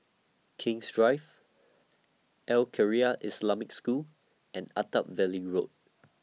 King's Drive Al Khairiah Islamic School and Attap Valley Road